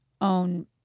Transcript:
own